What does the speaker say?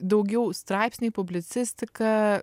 daugiau straipsniai publicistika